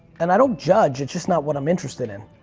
and i don't judge, it's just not what i'm interested in,